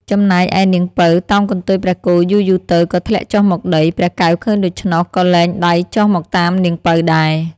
ចំណែកឯនាងពៅតោងកន្ទុយព្រះគោយូរៗទៅ ក៏ធ្លាក់ចុះមកដី ព្រះកែវឃើញដូច្នោះក៏លែងដៃចុះមកតាមនាងពៅដែរ។